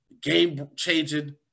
game-changing